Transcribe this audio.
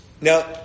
Now